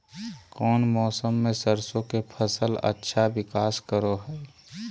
कौन मौसम मैं सरसों के फसल अच्छा विकास करो हय?